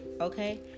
okay